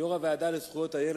כיושב-ראש הוועדה לזכויות הילד,